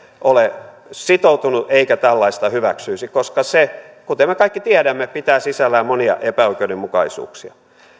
ole sitoutuneet eivätkä tällaista hyväksyisi koska se kuten me kaikki tiedämme pitää sisällään monia epäoikeudenmukaisuuksia ja